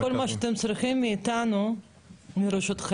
כל מה שאתם צריכים מאיתנו, לרשותכם.